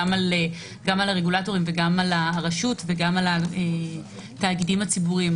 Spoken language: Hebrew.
גם על הרגולטורים וגם על הרשות וגם על התאגידים הציבוריים.